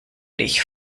dich